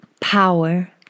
power